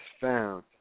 found